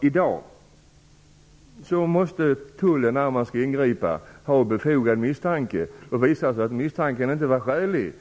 I dag måste tullen ha en befogad misstanke för att ingripa. Om det visar sig att misstanken inte var skälig